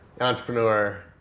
entrepreneur